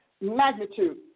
magnitude